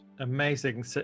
Amazing